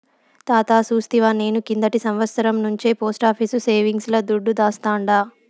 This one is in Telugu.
తాతా సూస్తివా, నేను కిందటి సంవత్సరం నుంచే పోస్టాఫీసు సేవింగ్స్ ల దుడ్డు దాస్తాండా